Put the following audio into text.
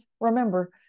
Remember